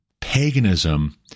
paganism—